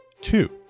Two